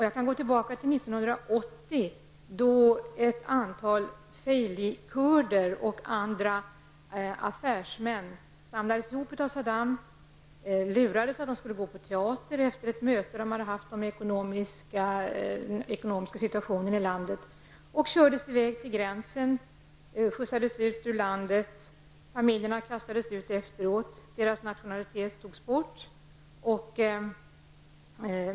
Jag kan gå tillbaka till 1980 då ett antal faily kurder och andra affärsmän samlades ihop av Saddam Hussein, lurades att det skulle bli teaterbesök efter ett möte om den ekonomiska situationen i landet, kördes i väg till gränsen och skjutsades ut ur landet. Familjerna kastades ut senare. Människornas nationalitet togs bort.